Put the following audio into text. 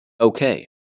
Okay